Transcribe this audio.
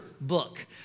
book